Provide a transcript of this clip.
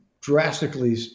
drastically